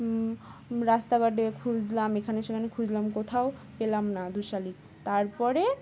রাস্তাঘাটে খুঁজলাম এখানে সেখানে খুঁজলাম কোথাও পেলাম না দুশালিক তারপরে